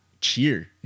cheer